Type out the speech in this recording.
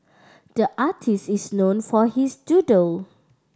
the artist is known for his doodle